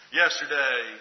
yesterday